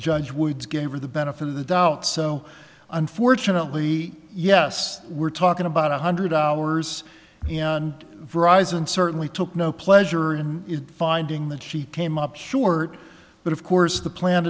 judge woods gave her the benefit of the doubt so unfortunately yes we're talking about one hundred hours and verizon certainly took no pleasure in finding that she came up short but of course the plan